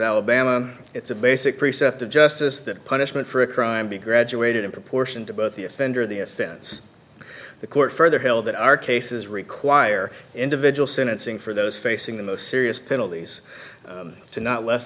alabama it's a basic precept of justice that punishment for a crime be graduated in proportion to both the offender the offense the court further held that our cases require individual sentencing for those facing the most serious penalties to not less